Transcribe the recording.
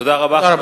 תודה רבה.